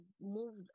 moved